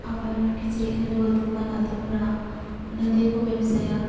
ᱟᱵᱟᱨ ᱠᱤᱪᱨᱤᱡ ᱠᱷᱟᱺᱰᱩᱣᱟᱹᱜ ᱫᱚᱠᱟᱱ ᱟᱫᱚᱢ ᱦᱚᱲᱟᱜ ᱚᱱᱟ ᱫᱤᱭᱮ ᱠᱚ ᱵᱮᱵᱥᱟᱭᱟ